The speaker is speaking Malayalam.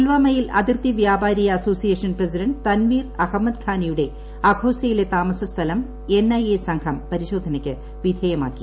പുൽവാമയിൽ അതിർത്തി വ്യാപാരി അസോസിയേഷൻ പ്രസിഡന്റ് തൻവീർ അഹമ്മദ് ഖാനിയുടെ അഘോസയിലെ താമസസ്ഥലം എൻഐഎ സംഘം പരിശോധനയ്ക്ക് വിധേയമാക്കി